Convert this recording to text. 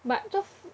but just